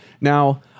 Now